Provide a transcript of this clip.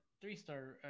three-star